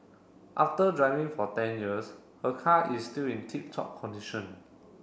after driving for ten years her car is still in tip top condition